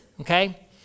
okay